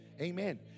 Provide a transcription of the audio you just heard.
Amen